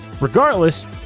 Regardless